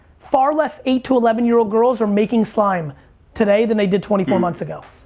far less eight to eleven year old girls are making slime today than they did twenty four months ago,